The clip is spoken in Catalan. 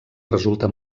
resulta